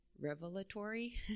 revelatory